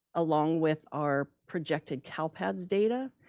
along with our projected calpads data.